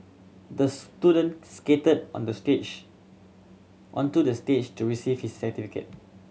the student skated on the stage onto the stage to receive his certificate